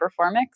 Performix